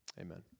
Amen